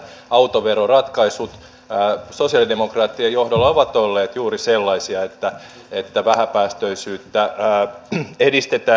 autoveroratkaisut sosialidemokraattien johdolla ovat olleet juuri sellaisia että vähäpäästöisyyttä edistetään